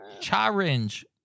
challenge